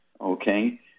okay